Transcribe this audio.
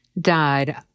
died